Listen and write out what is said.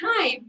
time